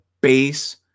base